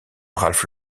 ralph